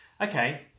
okay